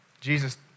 Jesus